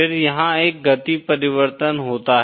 फिर यहाँ एक गति परिवर्तन होता है